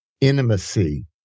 Intimacy